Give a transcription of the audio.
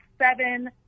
seven